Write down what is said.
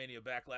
Backlash